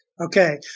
Okay